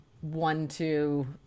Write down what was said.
one-two